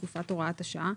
תקופת הוראת השעה)